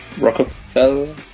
Rockefeller